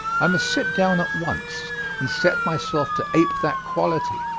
i must sit down at once and set myself to ape that quality.